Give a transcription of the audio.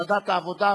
ועדת העבודה,